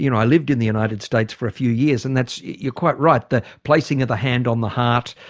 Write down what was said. you know i lived in the united states for a few years and that's, you're quite right, the placing of the hand on the heart,